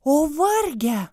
o varge